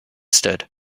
stood